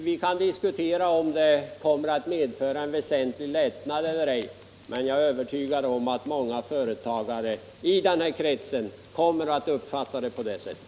Vi kan diskutera om denna möjlighet kommer att medföra en väsentlig lättnad eller ej, men jag är övertygad om att många företagare i denna krets kommer att uppfatta den på det sättet.